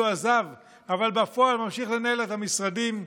עזב אבל בפועל ממשיך לנהל את המשרדים,